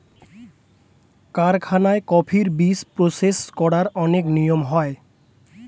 কারখানায় কফির বীজ প্রসেস করার অনেক নিয়ম হয়